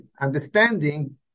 understanding